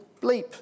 bleep